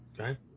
Okay